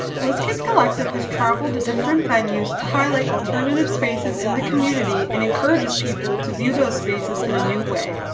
bliss kids collective has traveled to different venues to highlight alternative spaces in the community and encourages people to view those spaces in a a new way.